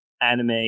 anime